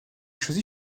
choisit